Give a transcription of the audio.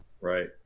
right